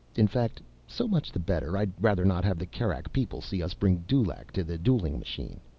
in fact, so much the better. i'd rather not have the kerak people see us bring dulaq to the dueling machine.